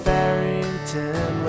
Farrington